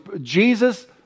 Jesus